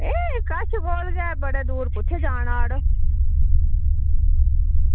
कश कोल गै बड़े दूर कुत्थें जाना मड़ो